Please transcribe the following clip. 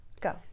Go